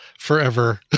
Forever